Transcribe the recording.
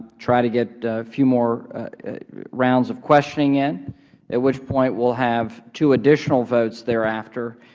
try to get a few more rounds of questioning in, at which point we'll have two additional votes thereafter.